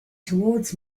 towards